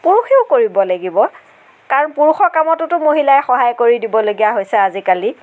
পুৰুষেও কৰিব লাগিব কাৰণ পুৰুষৰ কামটোতো মহিলাই সহায় কৰি দিবলগীয়া হৈছে আজিকালি